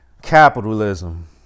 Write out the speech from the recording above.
Capitalism